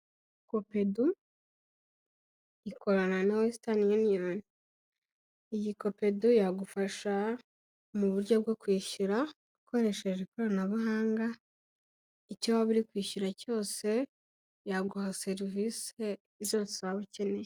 COPEDU ikorana na Wesitani yuniyoni, iyi COPEDU yagufasha mu buryo bwo kwishyura ukoresheje ikoranabuhanga, icyo waba uri kwishyura cyose yaguha serivisi zose waba ukeneye.